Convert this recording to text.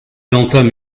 entame